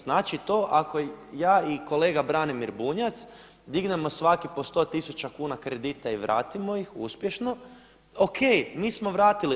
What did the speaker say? Znači to ako ja i kolega Branimir Bunjac dignemo svaki po 100 tisuća kuna kredita i vratimo ih uspješno, o.k. Mi smo vratili.